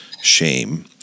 shame